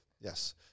Yes